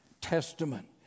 testament